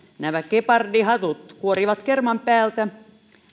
nämä gepardihatut kuorivat kerman päältä